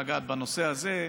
לגעת בנושא הזה,